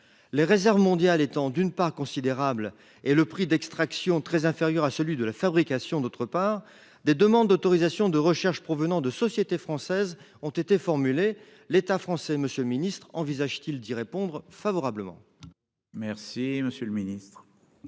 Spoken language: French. Les réserves mondiales étant considérables et le prix d'extraction très inférieur à celui de la fabrication, des demandes d'autorisation de recherche provenant de sociétés françaises ont été formulées. L'État français envisage-t-il d'y répondre favorablement ? La parole est à M. le ministre